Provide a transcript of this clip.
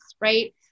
right